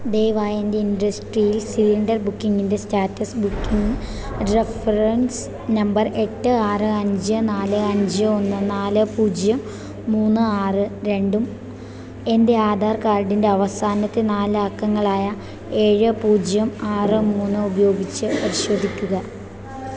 ദയവായി എൻ്റെ industrial cylinder ബുക്കിംഗിൻ്റെ സ്റ്റാറ്റസ് ബുക്കിംഗ് റഫറൻസ് നമ്പർ എട്ട് ആറ് അഞ്ച് നാല് അഞ്ച് ഒന്ന് നാല് പൂജ്യം മൂന്ന് ആറ് രണ്ടും എൻ്റെ ആധാർ കാർഡിൻ്റെ അവസാനത്തെ നാലക്കങ്ങളായ ഏഴ് പൂജ്യം ആറ് മൂന്ന് ഉപയോഗിച്ച് പരിശോധിക്കുക